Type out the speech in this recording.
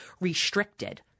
restricted